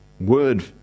word